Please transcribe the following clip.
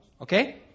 Okay